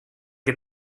que